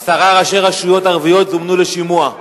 עשרה ראשי רשויות ערביות זומנו לשימוע.